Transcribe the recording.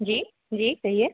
जी जी कहिए